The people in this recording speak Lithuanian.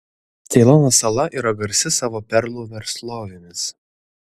ceilono sala yra garsi savo perlų verslovėmis